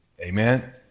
Amen